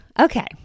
Okay